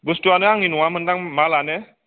बुस्तुआनो आंनि नङा मोनदां मालआनो